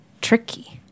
tricky